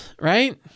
Right